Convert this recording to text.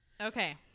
okay